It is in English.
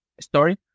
story